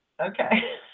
Okay